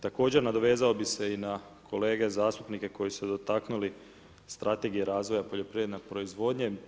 Također nadovezao bi se i na kolege zastupnike koji su dotaknuli strategije razvoja poljoprivredne proizvodnje.